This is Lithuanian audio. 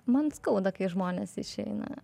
man skauda kai žmonės išeina